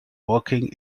working